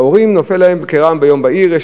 ההורים, זה נופל עליהם כרעם ביום בהיר.